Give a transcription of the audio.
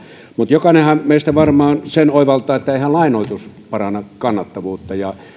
mutta jokainenhan meistä sen varmaan oivaltaa että eihän lainoitus paranna kannattavuutta ja